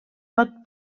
pot